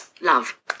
Love